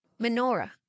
Menorah